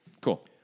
Cool